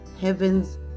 Heavens